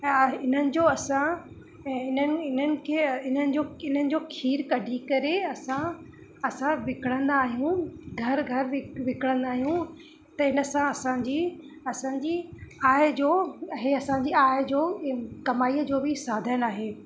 ऐं हिननि जो असां ऐं हिननि हिननि खे हिननि जो हिननि जो खीर कढी करे असां असां विकिणंदा आहियूं घर घर विक विकिणंदा आहियूं त हिनसां असांजी असांजी आय जो इहा असांजी आय जो कमाई जो बी साधनु आहे